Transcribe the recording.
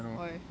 why